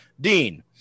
Dean